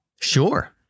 Sure